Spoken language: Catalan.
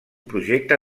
projecte